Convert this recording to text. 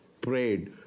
prayed